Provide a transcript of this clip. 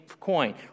coin